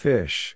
Fish